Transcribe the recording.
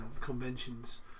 conventions